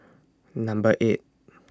Number eight